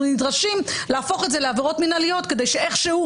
נדרשים להפוך את זה לעבירות מנהליות כדי שאיכשהו,